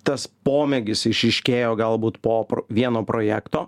tas pomėgis išryškėjo galbūt po vieno projekto